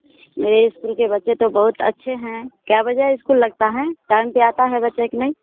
मेरे स्कूल के बच्चे तो बहुत अच्छे हैं कितने बजे स्कूल लगता है टाइम पर आते हैं बच्चे कि नहीं